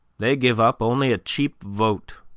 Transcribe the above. they give up only a cheap vote,